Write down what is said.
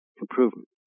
improvement